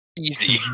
Easy